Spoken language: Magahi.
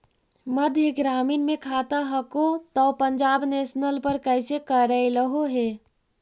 मध्य ग्रामीण मे खाता हको तौ पंजाब नेशनल पर कैसे करैलहो हे?